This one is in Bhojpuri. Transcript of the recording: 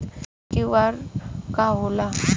क्यू.आर का होला?